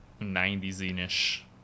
90s-ish